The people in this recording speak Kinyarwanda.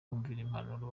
impanuro